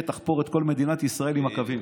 תחפור את כל מדינת ישראל עם הקווים.